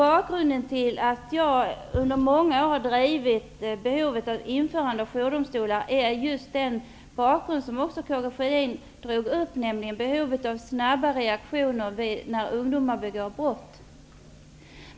Bakgrunden till att jag under många år har drivit frågan om att införa jourdomstolar är den som Karl Gustaf Sjödin också drog upp, nämligen behovet av snabba reaktioner när ungdomar begår brott.